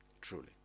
Truly